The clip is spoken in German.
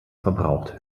verbraucht